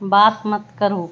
बात मत करो